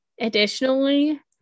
Additionally